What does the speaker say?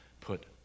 put